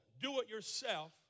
do-it-yourself